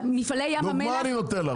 מפעלי ים המלח --- דוגמה אני נותן לך.